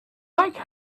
like